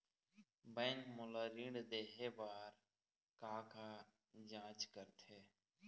Bank मोला ऋण देहे बार का का जांच करथे?